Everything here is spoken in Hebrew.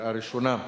קריאה ראשונה.